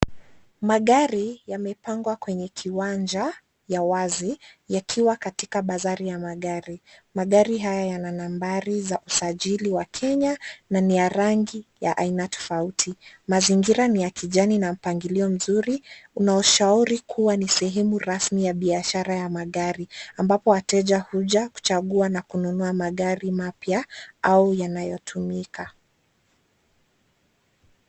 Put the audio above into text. Magari yamepangwa kwenye kiwanja ya wazi yakiwa katika bazari ya magari. Magari haya yana nambari za usajili wa Kenya na niya rangi ya aina tofauti. Mazingira ni ya kijani na mpangilio mzuri, unaoshauri kuwa ni sehemu rasmi ya biashara ya magari ambapo wateja huja kuchagua na kununua magari mapya au yanayotumika.